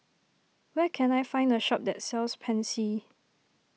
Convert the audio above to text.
where can I find a shop that sells Pansy